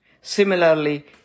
Similarly